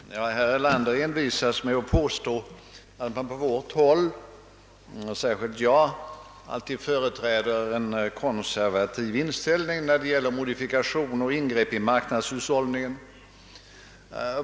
Herr talman! Herr Erlander envisas med att påstå att vi på vårt håll, och särskilt jag, företräder en konservativ inställning när det gäller modifikationer och ingrepp i marknadshushållningen.